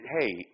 Hey